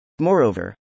Moreover